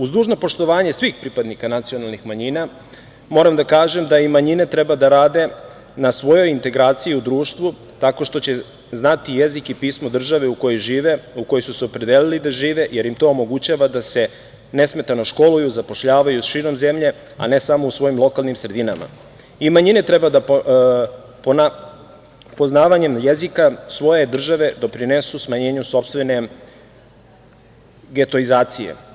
Uz dužno poštovanje svih pripadnika nacionalnih manjina moram da kažem da i manjine treba da rade na svojoj integraciji i u društvu tako što će znati jezik i pismo države u kojoj žive, u kojoj su se opredelili da žive, jer im to omogućava da se nesmetano školuju, zapošljavaju širom zemlje, a ne samo u svojim lokalnim sredinama i manjine treba poznavanjem jezika svoje države doprinesu smanjenju sopstvene getoizacije.